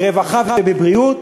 ברווחה ובבריאות,